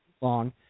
long